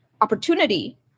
opportunity